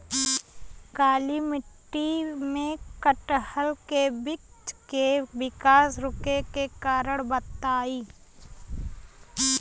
काली मिट्टी में कटहल के बृच्छ के विकास रुके के कारण बताई?